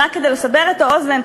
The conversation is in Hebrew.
רק כדי לסבר את האוזן,